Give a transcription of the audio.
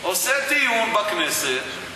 עושה דיון בכנסת,